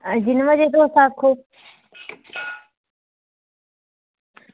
हां जिन्ने बजे तुस आक्खो